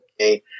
okay